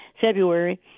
february